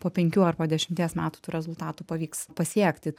po penkių ar po dešimties metų tų rezultatų pavyks pasiekti